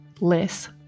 less